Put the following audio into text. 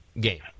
game